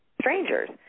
strangers